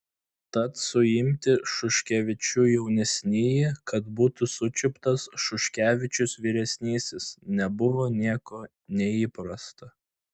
tad suimti šuškevičių jaunesnįjį kad būtų sučiuptas šuškevičius vyresnysis nebuvo nieko neįprasta